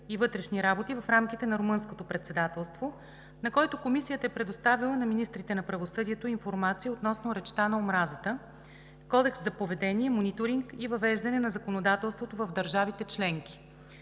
и вътрешни работи в рамките на Румънското председателство, на който Комисията е предоставила на министрите на правосъдието информация относно речта на омразата, Кодекс за поведение, мониторинг и въвеждане на законодателството в държавите членки.